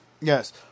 Yes